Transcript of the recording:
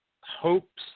hopes